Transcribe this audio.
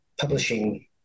publishing